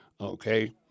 okay